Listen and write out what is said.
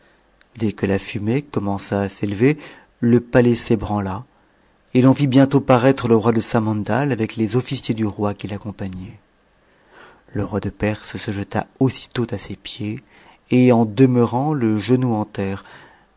dès que la fumée commença à s'élever le palais s'ëbraata et t'eu vit bientôt paraître le roi de samandal avec les officiers du roi qui l'accompagnaient le roi de perse se jeta aussitôt a ses pieds et en demeurant le genou en terre